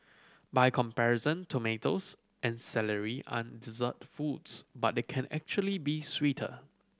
by comparison tomatoes and celery aren't dessert foods but they can actually be sweeter